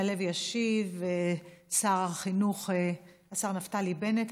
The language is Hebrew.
יעלה וישיב שר החינוך נפתלי בנט.